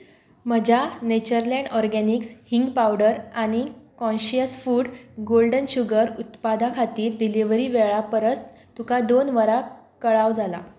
म्हज्या Natureland Organics हिंग powder आनी काँशियस फूड गोल्डन शुगर उत्पादा खातीर डिलिवरी वेळा परस तुका दोन वरां कळाव जाला